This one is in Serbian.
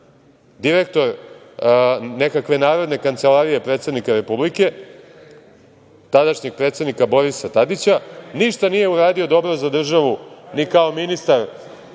direktor nekakve Narodne kancelarije predsednika Republike tadašnjeg predsednika Borisa Tadića, ništa nije uradio dobro za državu ni kao ministar